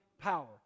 power